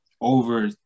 over